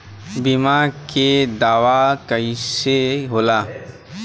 बीमा के दावा कईसे होला?